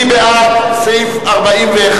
מי בעד סעיף 41,